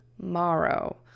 tomorrow